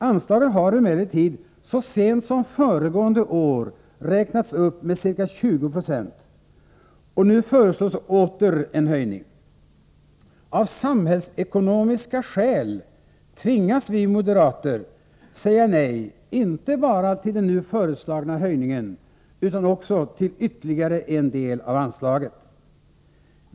Anslaget har emellertid så sent som föregående år räknats upp med ca 20 96, och nu föreslås åter en höjning. Av samhällsekonomiska skäl tvingas vi moderater säga nej inte bara till den nu föreslagna höjningen utan också till ytterligare en del av anslaget.